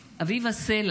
אביבה סלע,